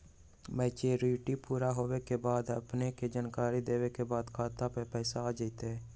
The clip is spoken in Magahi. मैच्युरिटी पुरा होवे के बाद अपने के जानकारी देने के बाद खाता पर पैसा आ जतई?